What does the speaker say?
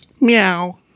Meow